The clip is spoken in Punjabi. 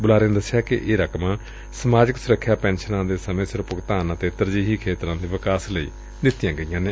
ਬੁਲਾਰੇ ਨੇ ਦਸਿਆ ਕਿ ਇਹ ਰਕਮਾਂ ਸਮਾਜਿਕ ਸੁਰੱਖਿਆ ਪੈਨਸ਼ਨਾਂ ਦੇ ਸਮੇਂ ਸਿਰ ਭੁਗਤਾਨ ਅਤੇ ਤਰਜੀਹੀ ਖੇਤਰਾਂ ਦੇ ਵਿਕਾਸ ਲਈ ਦਿੱਤੀਆਂ ਗਈਆਂ ਨੇ